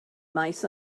maes